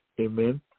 Amen